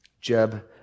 Jeb